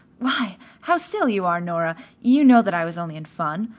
why, how silly you are, nora, you know that i was only in fun.